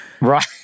Right